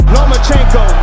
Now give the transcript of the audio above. Lomachenko